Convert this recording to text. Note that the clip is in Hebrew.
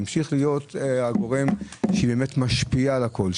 תמשיך להיות הגורם שמשפיע על הכול,